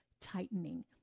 tightening